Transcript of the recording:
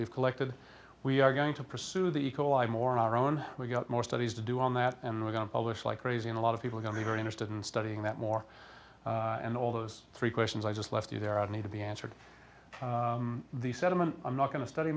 we've collected we are going to pursue the eco live more our own we've got more studies to do on that and we're going to publish like raising a lot of people are going to be very interested in studying that more and all those three questions i just left you there i need to be answered the sediment i'm not going to study